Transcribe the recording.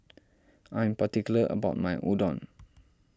I'm particular about my Udon